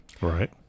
right